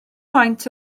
maint